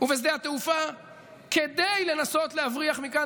ובשדה התעופה כדי לנסות להבריח מכאן